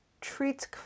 treats